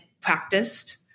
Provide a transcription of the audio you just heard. practiced